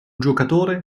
giocatore